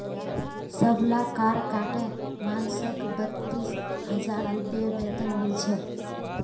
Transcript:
सबला कर काटे मानसक बत्तीस हजार रूपए वेतन मिल छेक